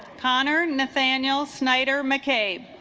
conner nathaniel snyder mccabe